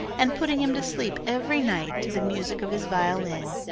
and putting him to sleep every night to the music of his violin.